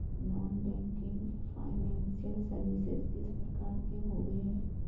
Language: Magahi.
नॉन बैंकिंग फाइनेंशियल सर्विसेज किस प्रकार के होबे है?